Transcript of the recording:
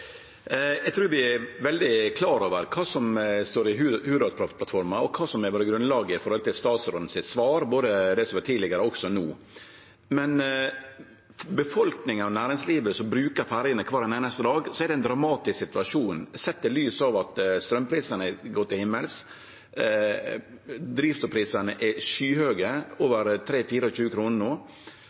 Eg trur vi er veldig klare over kva som står i Hurdalsplattforma, og kva som har vore grunnlaget for svaret frå statsråden, både tidlegare og no. Men for befolkninga og næringslivet som brukar ferjene kvar einaste dag, er det ein dramatisk situasjon, sett i lys av at straumprisane har gått til himmels, drivstoffprisane er skyhøge – over 23–24 kr per liter no – og